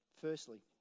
Firstly